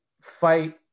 fight